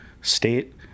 state